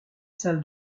salles